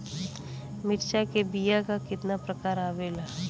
मिर्चा के बीया क कितना प्रकार आवेला?